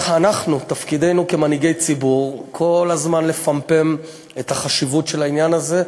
תפקידנו כמנהיגי ציבור כל הזמן לפמפם את החשיבות של העניין הזה.